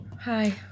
Hi